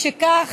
משכך,